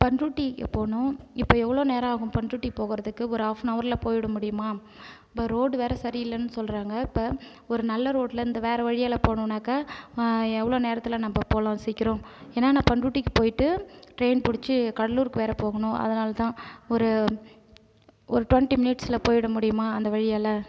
பண்ருட்டிக்கு போனோம் இப்போ எவ்வளோ நேரம் ஆகும் பண்ருட்டி போகறதுக்கு ஒரு ஹாஃபனவரில் போய்டா முடியுமா இப்போ ரோடு வேறு சரியில்லைன்னு சொல்லுறாங்க இப்போ ஒரு நல்ல ரோட்லாம் இந்த வேறு வழியலாம் போகணுனாக்கா எவ்வளோ நேரத்தில் நம்ம போல சீக்கிரம் ஏன்ன நான் பண்ருட்டிக்கு போயிவிட்டு ட்ரெயின் பிடிச்சு கடலூருக்கு வேறு போகணும் அதனால தான் ஒரு ஒரு டொண்டி மினிட்ஸில் போய்விட முடியுமா அந்த வழியாலாம்